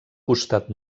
costat